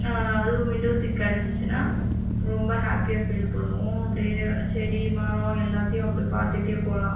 அதுவும் window seat கிடச்சிச்சினா ரொம்ப ஹாப்பியாக ஃபீல் பண்ணுவோம் அப்படியே செடி மரம் எல்லாத்தியும் அப்படியே பார்த்துட்டு போகலாம்